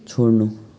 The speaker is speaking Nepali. छोड्नु